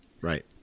Right